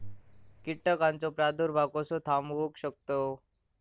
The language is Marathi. कीटकांचो प्रादुर्भाव कसो थांबवू शकतव?